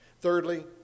Thirdly